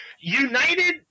United